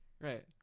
Right